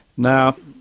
now,